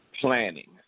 Planning